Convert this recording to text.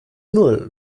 null